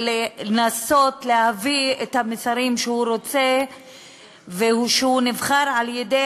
ולנסות להביא את המסרים שהוא רוצה ושהוא נבחר על-ידי